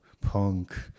punk